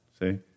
see